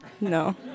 No